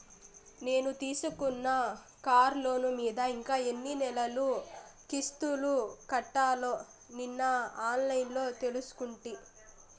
నేను తీసుకున్న కార్లోను మీద ఇంకా ఎన్ని నెలలు కిస్తులు కట్టాల్నో నిన్న ఆన్లైన్లో తెలుసుకుంటి